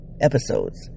episodes